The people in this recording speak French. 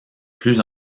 plus